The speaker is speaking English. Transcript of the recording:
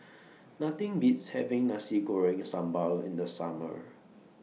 Nothing Beats having Nasi Goreng Sambal in The Summer